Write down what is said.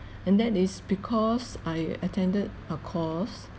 and that is because I attended a course